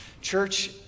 Church